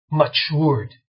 matured